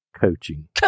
coaching